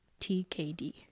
TKD